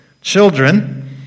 Children